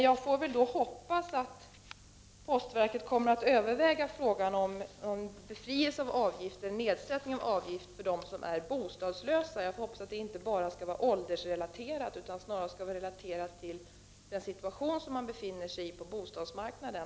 Jag får väl hoppas att postverket kommer att överväga frågan om befrielse eller nedsättning av avgiften för dem som är bostadslösa och att detta inte skall vara bara åldersrelaterat utan snarare relaterat till den situation personen befinner sig i på bostadsmarknaden.